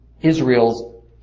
Israel's